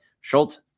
Schultz